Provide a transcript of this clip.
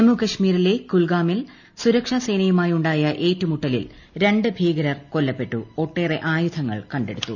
ജമ്മു കാശ്മീരിലെ കുൽഗാമിൽ സുരക്ഷാ സേനയുമായുണ്ടായ ഏറ്റുമുട്ടലിൽ രണ്ട് ഭീകരർ കൊല്ലപ്പെട്ടു ഒട്ടേറെ ആയൂധങ്ങൾ കണ്ടെടുത്തു